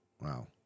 Wow